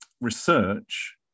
research